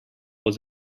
was